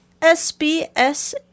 SBS